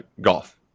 Golf